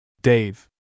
Dave